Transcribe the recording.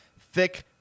thick